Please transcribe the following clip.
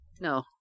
No